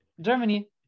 Germany